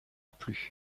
plus